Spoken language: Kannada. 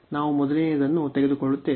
ನಾವು ಮೊದಲನೆಯದನ್ನು ತೆಗೆದುಕೊಳ್ಳುತ್ತೇವೆ